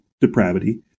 depravity